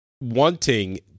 wanting